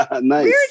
Nice